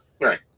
Right